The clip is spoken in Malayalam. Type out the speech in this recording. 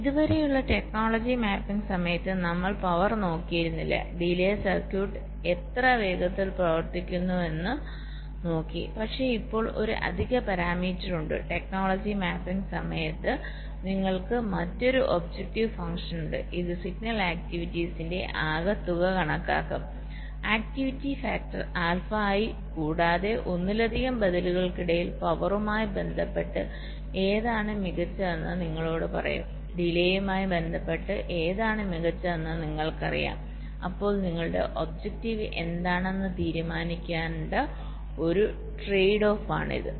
ഇതുവരെയുള്ള ടെക്നോളജി മാപ്പിംഗ് സമയത്ത് നമ്മൾ പവർ നോക്കിയിരുന്നില്ല ഡിലെ സർക്യൂട്ട് എത്ര വേഗത്തിൽ പ്രവർത്തിക്കുമെന്ന് നോക്കി പക്ഷേ ഇപ്പോൾ ഒരു അധിക പാരാമീറ്റർ ഉണ്ട് ടെക്നോളജി മാപ്പിംഗ് സമയത്ത് നിങ്ങൾക്ക് മറ്റൊരു ഒബ്ജക്റ്റീവ് ഫങ്ക്ഷൻ ഉണ്ട് ഇത് സിഗ്നൽ ആക്ടിവിറ്റീസിന്റെ ആകെത്തുക കണക്കാക്കും ആക്ടിവിറ്റി ഫാക്ടർ ആൽഫ ഐ കൂടാതെ ഒന്നിലധികം ബദലുകൾക്കിടയിൽ പവറുമായി ബന്ധപ്പെട്ട് ഏതാണ് മികച്ചതെന്ന് നിങ്ങളോട് പറ യും ഡിലെമായി ബന്ധപ്പെട്ട് ഏതാണ് മികച്ചതെന്ന് നിങ്ങൾക്കറിയാം അപ്പോൾ നിങ്ങളുടെ ഒബ്ജക്റ്റീവ് എന്താണെന്ന് നിങ്ങൾ തീരുമാനിക്കേണ്ട ഒരു ട്രേഡ് ഓഫ് ആണിത്